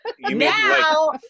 Now